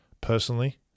personally